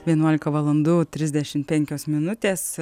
vienuolika valandų risdešim penkios minutės